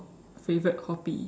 favorite hobby